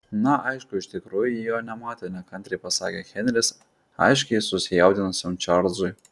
na aišku iš tikrųjų ji jo nematė nekantriai pasakė henris aiškiai susijaudinusiam čarlzui